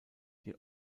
die